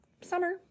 summer